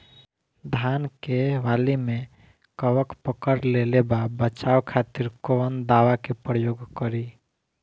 धान के वाली में कवक पकड़ लेले बा बचाव खातिर कोवन दावा के प्रयोग करी?